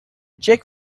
check